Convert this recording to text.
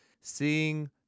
Seeing